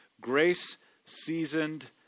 grace-seasoned